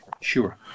Sure